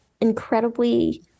incredibly